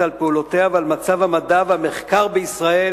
על פעולותיה ועל מצב המדע והמחקר בישראל,